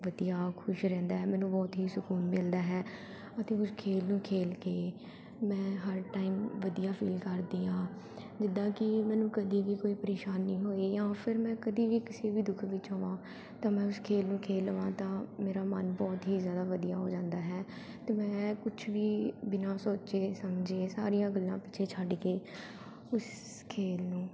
ਵਧੀਆ ਖੁਸ਼ ਰਹਿੰਦਾ ਹੈ ਮੈਨੂੰ ਬਹੁਤ ਹੀ ਸਕੂਨ ਮਿਲਦਾ ਹੈ ਅਤੇ ਉਸ ਖੇਡ ਨੂੰ ਖੇਡ ਕੇ ਮੈਂ ਹਰ ਟਾਈਮ ਵਧੀਆ ਫੀਲ ਕਰਦੀ ਹਾਂ ਜਿੱਦਾਂ ਕਿ ਮੈਨੂੰ ਕਦੀ ਵੀ ਕੋਈ ਪਰੇਸ਼ਾਨੀ ਹੋਈ ਜਾਂ ਫਿਰ ਮੈਂ ਕਦੀ ਵੀ ਕਿਸੀ ਵੀ ਦੁੱਖ ਵਿੱਚ ਹੋਵਾਂ ਤਾਂ ਮੈਂ ਉਸ ਖੇਡ ਨੂੰ ਖੇਡ ਲਵਾਂ ਤਾ ਮੇਰਾ ਮਨ ਬਹੁਤ ਹੀ ਜ਼ਿਆਦਾ ਵਧੀਆ ਹੋ ਜਾਂਦਾ ਹੈ ਅਤੇ ਮੈਂ ਕੁਛ ਵੀ ਬਿਨਾਂ ਸੋਚੇ ਸਮਝੇ ਸਾਰੀਆਂ ਗੱਲਾਂ ਪਿੱਛੇ ਛੱਡ ਕੇ ਉਸ ਖੇਡ ਨੂੰ